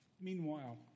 Meanwhile